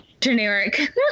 generic